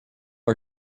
are